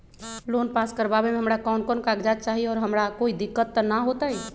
Loan pass करवावे में हमरा कौन कौन कागजात चाही और हमरा कोई दिक्कत त ना होतई?